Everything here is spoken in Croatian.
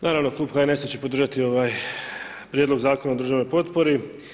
Naravno, Klub HNS-a će podržati ovaj prijedlog Zakona o državnoj potpori.